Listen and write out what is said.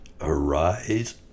arise